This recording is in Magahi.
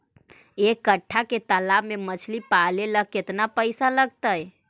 एक कट्ठा के तालाब में मछली पाले ल केतना पैसा लगतै?